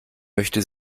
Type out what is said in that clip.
möchte